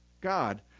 God